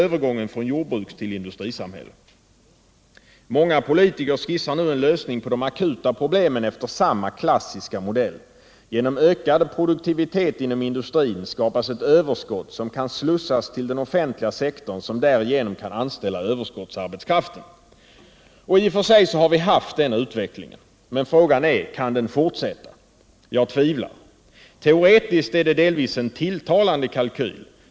övergången från jordbruks till industrisamhälle, Många politiker skissar en lösning på de akuta problemen efter samma klassiska modell: Genom ökad produktivitet inom industrin skapas ett överskott som kan slussas till den offentliga sektorn, som därigenom kan anställa överskottsarbetskraften. I och för sig har vi haft just den utvecklingen. Men frågan är: Kan den fortsätta? Jag tvivlar. Teoretiskt är det delvis en tilltalande kalkyl.